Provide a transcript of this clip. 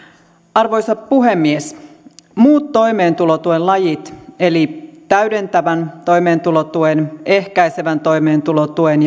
arvoisa puhemies muut toimeentulotuen lajit eli täydentävän toimeentulotuen ehkäisevän toimeentulotuen